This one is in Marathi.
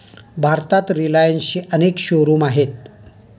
भारतात रिलायन्सचे अनेक शोरूम्स आहेत